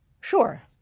Sure